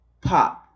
pop